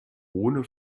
ohne